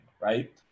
right